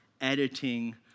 editing